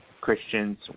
Christians